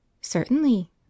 Certainly